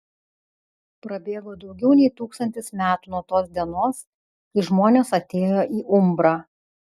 prabėgo daugiau nei tūkstantis metų nuo tos dienos kai žmonės atėjo į umbrą